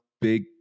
big